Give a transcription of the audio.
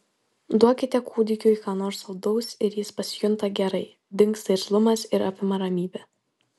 duokite kūdikiui ką nors saldaus ir jis pasijunta gerai dingsta irzlumas ir apima ramybė